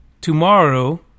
Tomorrow